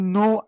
no